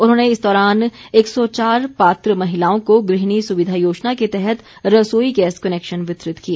उन्होंने इस दौरान एक सौ चार पात्र महिलाओं को गृहिणी सुविधा योजना के तहत रसोई गैस कनैक्शन वितरित किए